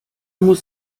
muss